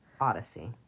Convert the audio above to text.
Odyssey